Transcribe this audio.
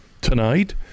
tonight